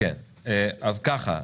אז ככה,